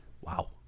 Wow